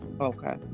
Okay